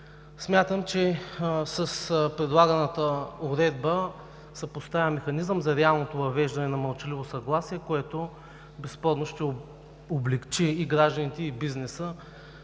Смятам, че с предлаганата уредба се поставя механизъм за реалното въвеждане на мълчаливото съгласие, което ще облекчи гражданите и бизнеса